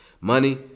money